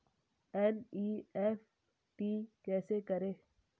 NEFT कैसे करें?